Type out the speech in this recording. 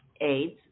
AIDS